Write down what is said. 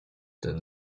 ten